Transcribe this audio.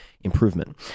improvement